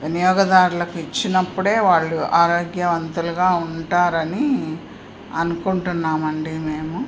వినియోగదారులకు ఇచ్చినప్పుడే వాళ్ళు ఆరోగ్యవంతులుగా ఉంటారని అనుకుంటున్నామండి మేము